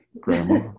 grandma